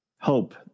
Hope